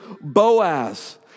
Boaz